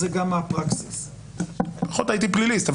גם מהפראקסיס --- פחות הייתי פליליסט,